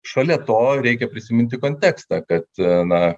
šalia to reikia prisiminti kontekstą kad na